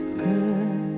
good